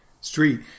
street